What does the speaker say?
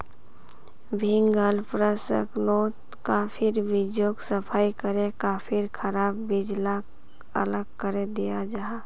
भीन्गाल प्रशंस्कर्नोत काफिर बीजोक सफाई करे काफिर खराब बीज लाक अलग करे दियाल जाहा